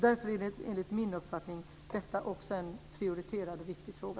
Därför är detta enligt min uppfattning också en prioriterad och viktig fråga.